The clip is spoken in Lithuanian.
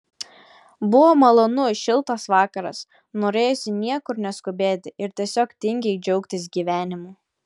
buvo malonus šiltas vakaras norėjosi niekur neskubėti ir tiesiog tingiai džiaugtis gyvenimu